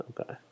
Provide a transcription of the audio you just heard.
Okay